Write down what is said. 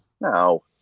No